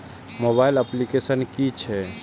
Mobile application कि छै?